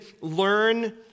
learn